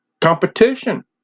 competition